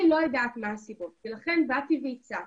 אני לא יודעת מה הסיבות ולכן באתי והצעתי,